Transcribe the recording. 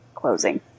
closing